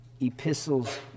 epistles